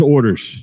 Orders